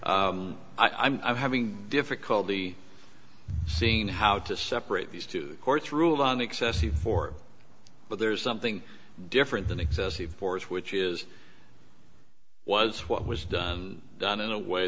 things i'm having difficulty seeing how to separate these two courts ruled on excessive force but there's something different than excessive force which is was what was done done in a way